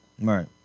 right